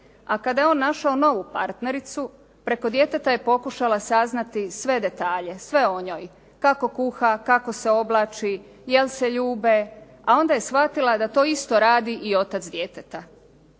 A kada je on našao novu partnericu preko djeteta je pokušala saznati sve detalje, sve o njoj. Kako kuha, kako se oblači, jel se ljube, a onda je shvatila da to isto radi i otac djeteta.